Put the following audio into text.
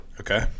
Okay